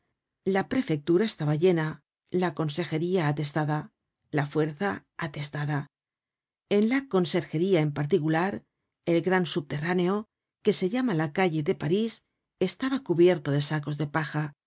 la prefectura estaba llena la conserjería atestada la fuerza atestada en la conserjería en particular el gran subterráneo que se llama la calle de parís estaba cubierto de sacos de paja